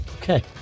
Okay